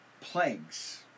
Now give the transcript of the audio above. plagues